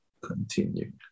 Continue